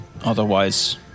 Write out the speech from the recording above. otherwise